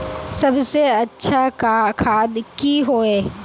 सबसे अच्छा खाद की होय?